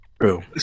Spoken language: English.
True